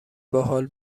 باحال